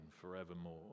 forevermore